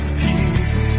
peace